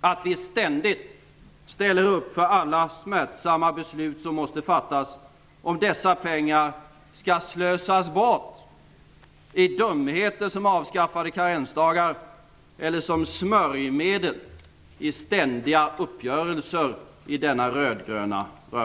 att vi ständigt ställer upp för alla smärtsamma beslut som måste fattas, om dessa pengar skall slösas bort i dumheter som avskaffade karensdagar eller som smörjmedel i ständiga uppgörelser i denna rödgröna röra!